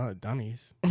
dummies